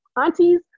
aunties